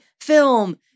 film